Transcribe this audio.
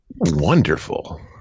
Wonderful